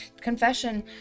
confession